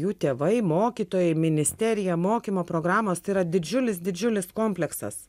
jų tėvai mokytojai ministerija mokymo programos tai yra didžiulis didžiulis kompleksas